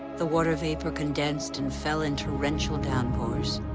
the water vapor condensed and fell in torrential downpours.